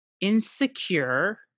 insecure